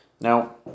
Now